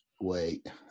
wait